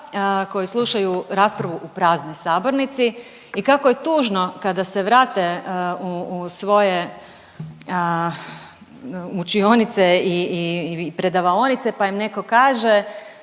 koji slušaju raspravu u praznoj sabornici i kako je tužno kada se vrate u svoje učinioce i, i predavaonice, pa im neko kaže